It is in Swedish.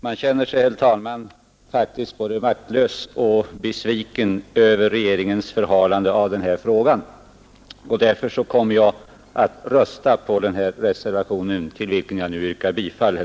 Man känner sig, herr talman, faktiskt både maktlös och besviken över regeringens förhalande av frågan, och därför kommer jag att rösta för reservationen, till vilken jag nu yrkar bifall.